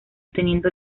teniendo